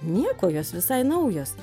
nieko jos visai naujos